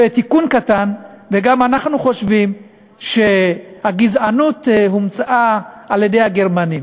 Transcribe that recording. ותיקון קטן: אנחנו חושבים שהגזענות הומצאה על-ידי הגרמנים.